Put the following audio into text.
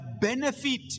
benefit